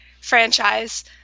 franchise